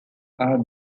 are